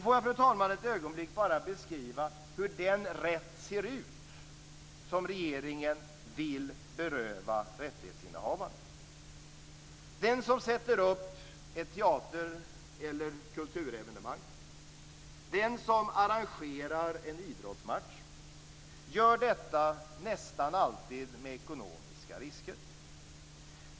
Får jag, fru talman, ett ögonblick bara beskriva hur den rätt ser ut som regeringen vill beröva rättighetsinnehavarna. Den som sätter upp ett teater eller kulturevenemang och den som arrangerar en idrottsmatch gör detta nästan alltid med ekonomiska risker.